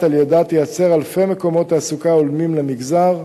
על-ידה תייצר אלפי מקומות תעסוקה הולמים למגזר.